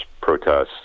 protests